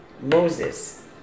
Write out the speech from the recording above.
Moses